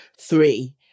three